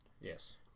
yes